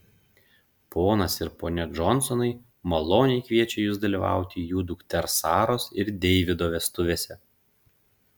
ponas ir ponia džonsonai maloniai kviečia jus dalyvauti jų dukters saros ir deivido vestuvėse